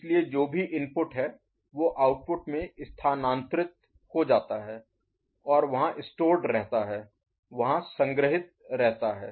इसलिए जो भी इनपुट है वो आउटपुट में स्थानांतरित हो जाता है और वहां स्टोर्ड संग्रहीत रहता है वहीं संग्रहीत रहता है